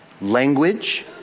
language